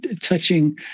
touching